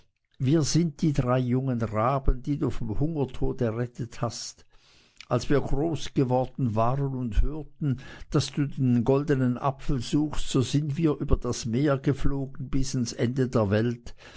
wir sind die drei jungen raben die du vom hungertod errettet hast als wir groß geworden waren und hörten daß du den goldenen apfel suchtest so sind wir über das meer geflogen bis ans ende der welt